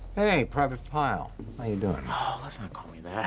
hey, private pyle, how you doing? oh, let's not call me that.